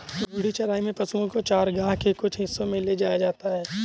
घूर्णी चराई में पशुओ को चरगाह के कुछ हिस्सों में ले जाया जाता है